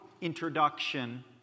introduction